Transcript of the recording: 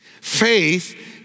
Faith